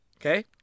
Okay